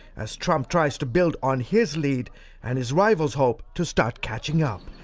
as trump tries to build on his lead and his rivals hope to start catching up.